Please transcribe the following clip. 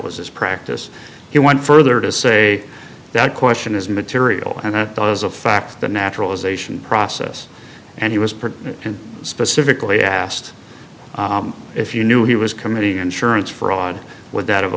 was his practice he went further to say that question is material and does a fact the naturalization process and he was part and specifically asked if you knew he was committing insurance fraud would that have